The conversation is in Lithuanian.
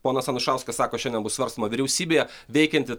ponas anušauskas sako šiandien bus svarstoma vyriausybėje veikianti